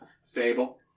stable